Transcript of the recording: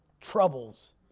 troubles